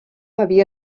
havia